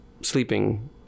sleeping